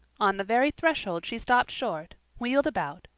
on the very threshold she stopped short, wheeled about,